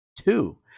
two